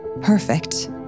Perfect